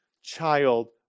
child